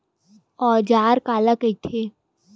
औजार काला कइथे?